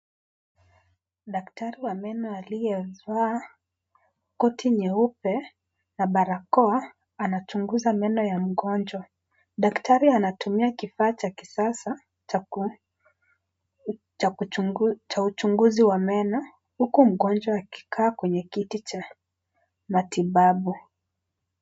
Daktari wa meno aliyevaa, konti nyeupe, na barakoa, anachunguza meno ya mgonjwa, daktari anatumia kifaa cha kisasa, cha ku, chakuchunguza, cha uchunguzi wa meno, huku mgonjwa akikaa kwenye kiti cha matibabu.